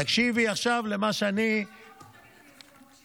תקשיבי עכשיו למה שאני, אני מקשיבה לך.